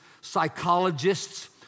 psychologists